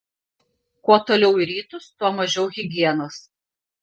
kuo toliau į rytus tuo mažiau higienos